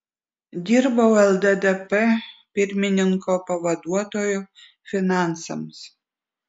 dirbau lddp pirmininko pavaduotoju finansams